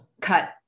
Cut